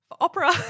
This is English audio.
opera